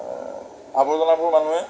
আৱৰ্জনাবোৰ মানুহে